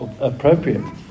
appropriate